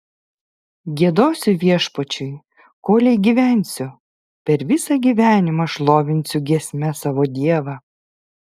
giedosiu viešpačiui kolei gyvensiu per visą gyvenimą šlovinsiu giesme savo dievą